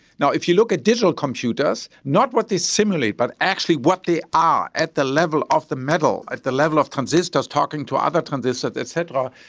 now, if you look at digital computers, not what they simulate but actually what they are, at the level of the metal, at the level of transistors talking to other transistors, et cetera,